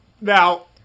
Now